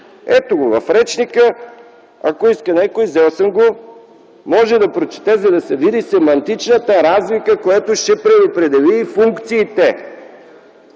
Ето го в речника, ако иска някой – взел съм го, може да прочете, за да се види семантичната разлика, което ще предопредели и функциите.